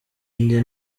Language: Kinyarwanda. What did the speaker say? njye